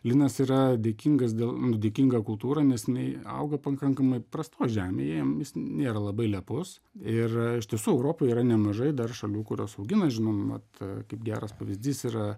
linas yra dėkingas dėl nu dėkinga kultūra nes jinai auga pakankamai prastoj žemėj nėra labai lepus ir iš tiesų europoj yra nemažai dar šalių kurios augina žinom vat kaip geras pavyzdys yra